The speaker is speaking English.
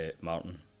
Martin